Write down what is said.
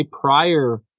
prior